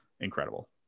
incredible